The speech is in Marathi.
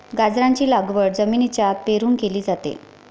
गाजराची लागवड जमिनीच्या आत पेरून केली जाते